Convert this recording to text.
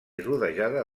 rodejada